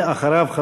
ואחריו,